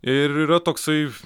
ir yra toksai